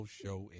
show